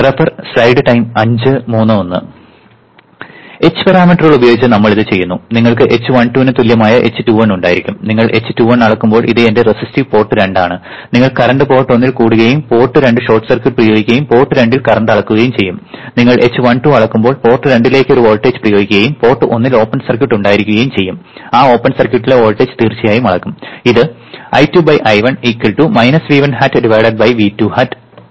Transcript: h പാരാമീറ്ററുകൾ ഉപയോഗിച്ച് നമ്മൾ ഇത് ചെയ്യുന്നു നിങ്ങൾക്ക് h12 നു തുല്യമായ h21 ഉണ്ടായിരിക്കും നിങ്ങൾ h21 അളക്കുമ്പോൾ ഇത് എന്റെ റെസിസ്റ്റീവ് പോർട്ട് രണ്ട് ആണ് നിങ്ങൾ കറന്റ് പോർട്ട് ഒന്നിൽ കൂടുകയും പോർട്ട് രണ്ട് ഷോർട്ട് സർക്യൂട്ട് പ്രയോഗിക്കുകയും പോർട്ട് രണ്ടിൽ കറന്റ് അളക്കുകയും ചെയ്യും നിങ്ങൾ h12 അളക്കുമ്പോൾ പോർട്ട് രണ്ടിലേക്ക് ഒരു വോൾട്ടേജ് പ്രയോഗിക്കുകയും പോർട്ട് ഒന്നിൽ ഓപ്പൺ സർക്യൂട്ട് ഉണ്ടായിരിക്കുകയും ചെയ്യും ആ ഓപ്പൺ സർക്യൂട്ടിലെ വോൾട്ടേജ് തീർച്ചയായും അളക്കും ഇത് I2 I1 V1 hat V2 hat